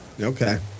okay